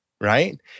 right